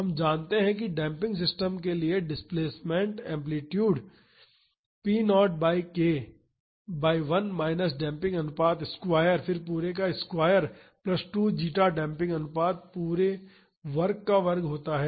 हम जानते हैं कि डेम्पिंग सिस्टम के लिए displacement amplitude p0 by k by 1 minus damping अनुपात स्क्वायर फिर पूरे का स्क्वायर प्लस 2 जेटा डेम्पिंग अनुपात पूरे वर्ग का वर्ग होता है